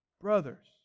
Brothers